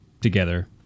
together